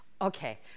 Okay